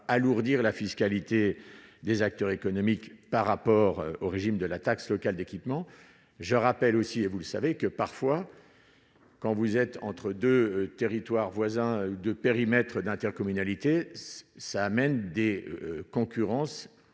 alourdir la fiscalité des acteurs économiques par rapport au régime de la taxe locale d'équipement je rappelle aussi, et vous le savez que parfois quand vous êtes entre 2 territoires voisins de périmètre d'intercommunalité, ça amène des concurrences